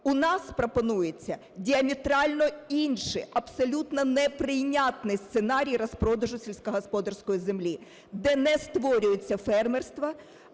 У нас пропонується діаметрально інший, абсолютно неприйнятний сценарій розпродажу сільськогосподарської землі, де не створюються фермерства,